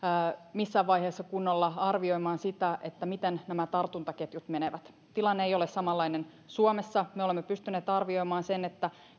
missään vaiheessa kunnolla arvioimaan sitä miten nämä tartuntaketjut menevät ja tilanne ei ole samanlainen suomessa me olemme pystyneet arvioimaan sen